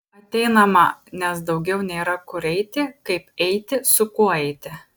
ateinama nes daugiau nėra kur eiti kaip eiti su kuo eiti